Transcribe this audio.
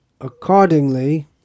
accordingly